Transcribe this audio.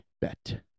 Bet